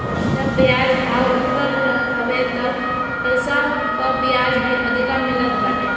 जब बाजार भाव ऊपर रहत हवे तब पईसा पअ बियाज भी अधिका मिलत बाटे